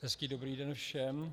Hezký dobrý den všem.